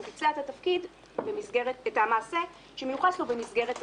שהוא ביצע את המעשה שמיוחס לו במסגרת התפקיד.